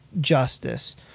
justice